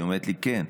היא אומרת לי: כן,